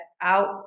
out